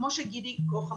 כמו שגידי כרוך,